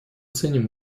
ценим